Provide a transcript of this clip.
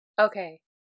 Okay